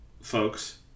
folks